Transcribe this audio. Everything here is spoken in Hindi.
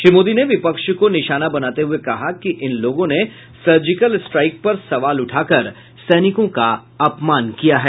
श्री मोदी ने विपक्ष को निशाना बनाते हुए कहा कि इन लोगों ने सर्जिकल स्ट्राइक पर सवाल उठाकर सैनिकों का अपमान किया है